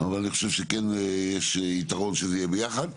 אבל אני חושב שכן יש יתרון שזה יהיה ביחד.